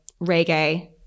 reggae